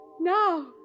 Now